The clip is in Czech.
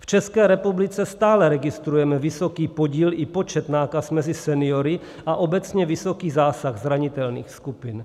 V České republice stále registrujeme vysoký podíl i počet nákaz mezi seniory a obecně vysoký zásah zranitelných skupin.